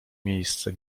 miejsce